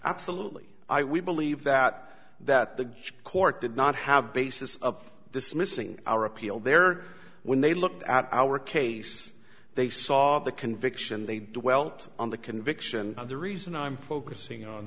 absolutely i we believe that that the court did not have basis of dismissing our appeal there when they looked at our case they saw the conviction they dwelt on the conviction and the reason i'm focusing on